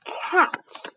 cat